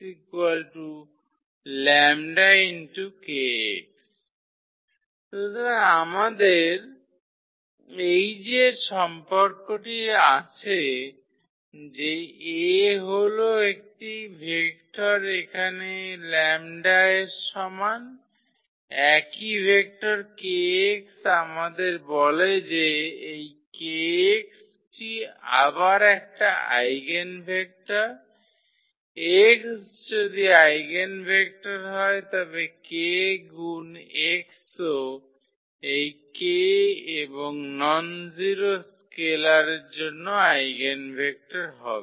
সুতরাং আমাদের এই যে সম্পর্কটি আছে যে A হল একটি ভেক্টর এখানে 𝜆 এর সমান একই ভেক্টর kx আমাদের বলে যে এই kx টি আবার একটা আইগেনভেক্টর x যদি আইগনভেক্টর হয় তবে k গুন x ও এই k এবং ননজিরো স্কেলারের জন্য আইগেনভেক্টর হবে